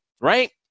right